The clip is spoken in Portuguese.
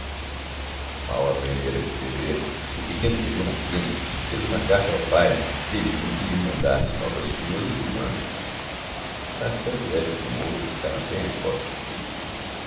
mal aprendera a escrever o pequeno pegou na pena e fez uma carta ao pai pedindo que lhe mandasse novas suas e do mano mas tanto essa como outras ficaram sem resposta